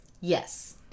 Yes